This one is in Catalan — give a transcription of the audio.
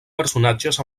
personatges